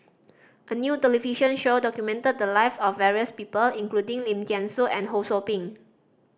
a new television show documented the lives of various people including Lim Thean Soo and Ho Sou Ping